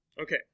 Okay